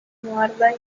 modernas